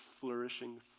flourishing